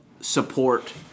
support